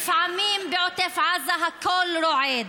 לפעמים בעוטף עזה הכול רועד,